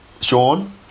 Sean